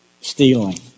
stealing